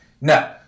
no